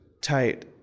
tight